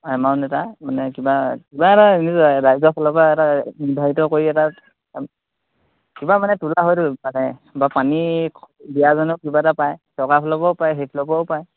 amount এটা মানে কিবা কিবা এটা ৰাইজৰফালৰপৰা এটা নিৰ্ধাৰিত কৰি এটা কিবা মানে তোলা হয়তো মানে বা পানী দিয়াজনেও কিবা এটা পায় চৰকাৰফালৰপৰাও পায় সেইফালৰপৰাও পায়